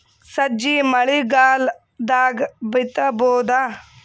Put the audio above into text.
ಸಜ್ಜಿ ಮಳಿಗಾಲ್ ದಾಗ್ ಬಿತಬೋದ?